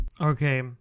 Okay